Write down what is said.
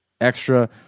extra